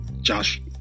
Josh